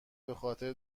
بخاطر